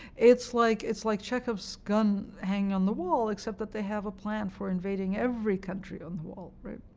it's like it's like chekhov's gun hanging on the wall, except that they have a plan for invading every country on the wall, right?